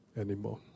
anymore